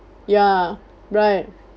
ya right